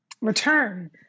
return